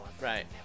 Right